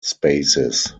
spaces